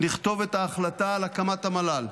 לכתוב את ההחלטה על הקמת המל"ל,